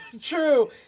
true